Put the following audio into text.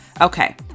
Okay